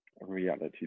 reality